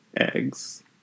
eggs